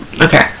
Okay